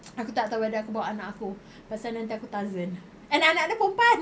aku tak tahu whether aku bawa anak aku pasal nanti aku tarzan and anak dia perempuan